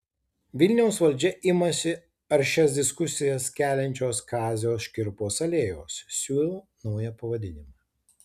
vilniaus valdžia imasi aršias diskusijas keliančios kazio škirpos alėjos siūlo naują pavadinimą